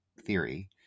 theory